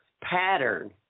Pattern